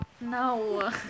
No